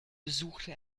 besuchte